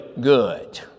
good